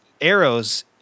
arrows